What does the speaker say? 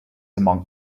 among